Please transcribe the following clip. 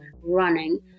running